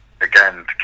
again